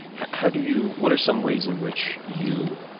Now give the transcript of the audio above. how do you what are some ways in which you